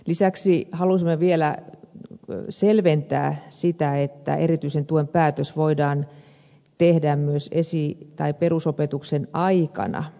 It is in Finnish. lisäksi halusimme vielä selventää sitä että erityisen tuen päätös voidaan tehdä myös esi tai perusopetuksen aikana